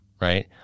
right